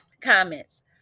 Comments